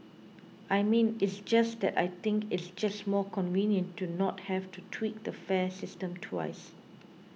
I mean it's just that I think it's just more convenient to not have to tweak the fare system twice